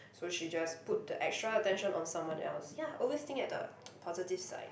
so she just put the extra attention on someone else ya always think at the positive side